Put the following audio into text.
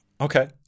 Okay